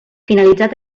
finalitzat